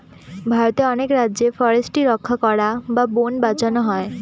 ভারতের অনেক রাজ্যে ফরেস্ট্রি রক্ষা করা বা বোন বাঁচানো হয়